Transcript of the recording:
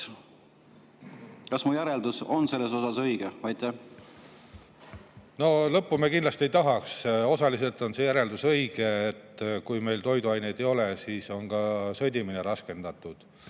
Kas mu järeldus on selles osas õige? Lõppu me kindlasti ei tahaks. Osaliselt on see järeldus õige: kui meil toiduaineid ei ole, siis on ka sõdimine raskendatud.